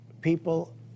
people